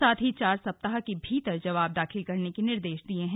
साथ ही चार सप्ताह के भीतर जवाब दाखिल करने के निर्देश दिए हैं